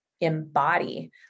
embody